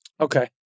Okay